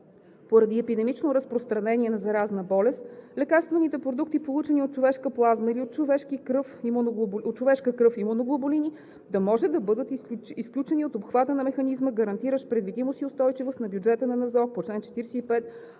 поради епидемично разпространение на заразна болест лекарствените продукти, получени от човешка плазма или от човешка кръв – имуноглобулини, да може да бъдат изключени от обхвата на механизма, гарантиращ предвидимост и устойчивост на бюджета на НЗОК по чл. 45,